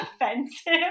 offensive